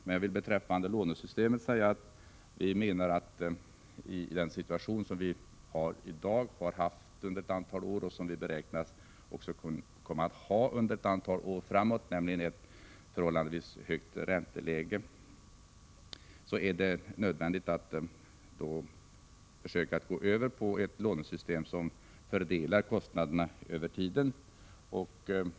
Men jag vill beträffande lånesystemet säga: Vi menar att i den situation som vi har i dag, har haft under ett antal år och också beräknas komma att ha under ett antal år framåt, nämligen ett förhållandevis högt ränteläge, är det nödvändigt att försöka gå över till ett lånesystem som fördelar kostnaderna över tiden.